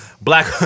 black